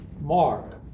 Mark